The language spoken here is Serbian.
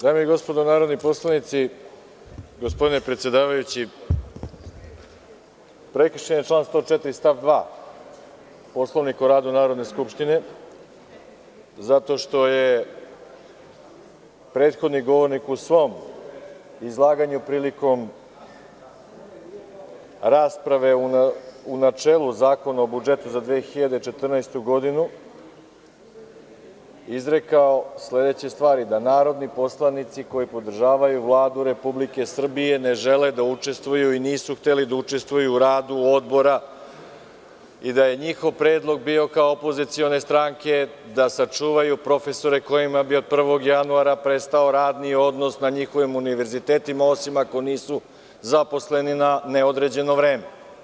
Dame i gospodo narodni poslanici, gospodine predsedavajući, prekršen je član 104. stav 2. Poslovnika o radu Narodne skupštine zato što je prethodni govornik u svom izlaganju prilikom rasprave u načelu Zakona o budžetu za 2014. godinu izrekao sledeće stvari – da narodni poslanici koji podržavaju Vladu RS ne žele da učestvuju i nisu hteli da učestvuju u radu odbora i da je njihov predlog bio kao opozicione stranke da sačuvaju profesore kojima bi od 1. januara prestao radni odnos na njihovim univerzitetima, osim ako nisu zaposleni na neodređeno vreme.